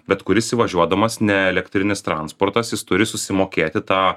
bet kuris įvažiuodamas ne elektrinis transportas jis turi susimokėti tą